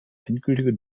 endgültige